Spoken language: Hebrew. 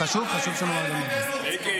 חשוב שנאמר גם את זה.